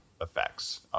effects